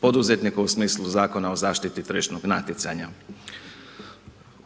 poduzetnika u smislu Zakona o zaštiti tržišnog natjecanja.